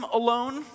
alone